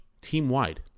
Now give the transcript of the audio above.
team-wide